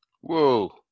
Whoa